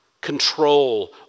control